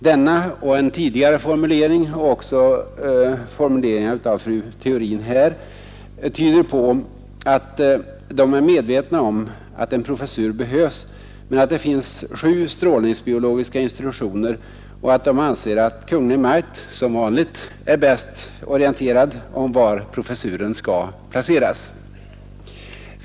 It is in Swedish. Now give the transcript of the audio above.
Denna och en tidigare formulering — och även formuleringar av fru Theorin här — tyder på att reservanterna är medvetna om att en professur behövs, men då det finns sju strålningsbiologiska institutioner anser de, som vanligt, att Kungl. Maj:t är bäst orienterad om var professuren skall placeras.